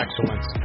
excellence